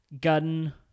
Gun